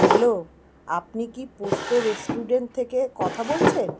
hello আপনি কি Posto restaurant থেকে কথা বলছেন